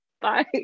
Bye